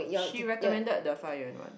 she recommended the Fa Yuen one